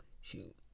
Shoot